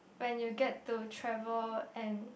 when you get to travel and